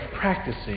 practicing